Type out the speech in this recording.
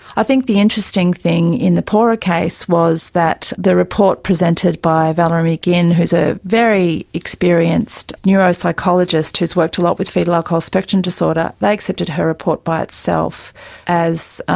i think the interesting thing in the pora case was that the report presented by valerie mcginn, who is a very experienced neuropsychologist who has worked a lot with foetal alcohol spectrum disorder, they accepted her report by itself as